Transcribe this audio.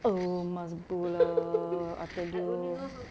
oh must go lah I tell you